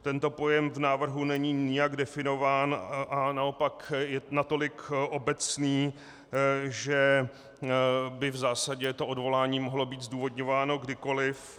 Tento pojem v návrhu není nijak definován a naopak je natolik obecný, že by v zásadě to odvolání mohlo být zdůvodňováno kdykoliv.